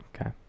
Okay